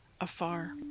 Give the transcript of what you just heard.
afar